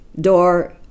door